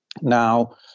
now